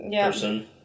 person